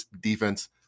defense